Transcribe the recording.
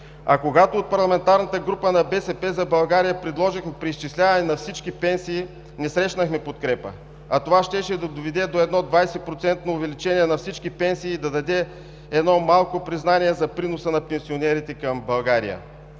Когато от парламентарната група на „БСП за България“ предложихме преизчисляване на всички пенсии, не срещнахме подкрепа, а това щеше да доведе до едно 20-процентно увеличение на всички пенсии и да даде малко признание за приноса на пенсионерите към България.